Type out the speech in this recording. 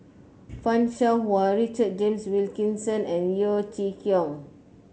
Fan Shao Hua Richard James Wilkinson and Yeo Chee Kiong